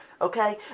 okay